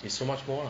is so much more lah